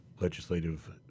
legislative